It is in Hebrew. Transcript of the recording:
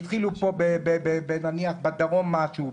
התחילו נניח בדרום משהו,